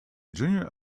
junior